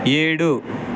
ఏడు